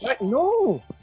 No